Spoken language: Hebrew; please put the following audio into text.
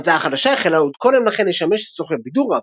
ההמצאה החדשה החלה עוד קודם לכן לשמש לצורכי בידור,